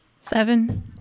Seven